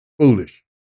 foolish